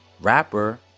rapper